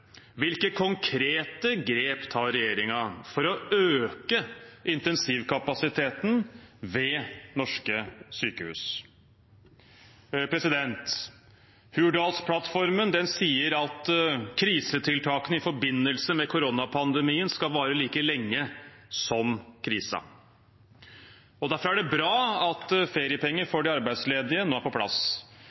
Hvilke konkrete grep tar regjeringen for å øke intensivkapasiteten ved norske sykehus? Hurdalsplattformen sier at krisetiltakene i forbindelse med koronapandemien skal vare like lenge som krisen. Derfor er det bra at feriepenger for de arbeidsledige nå er på plass.